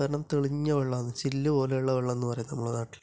കാരണം തെളിഞ്ഞ വെള്ളമാണ് ചില്ല് പോലെയുള്ള വെള്ളം എന്ന് പറയും നമ്മളെ നാട്ടില്